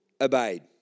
obeyed